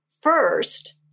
First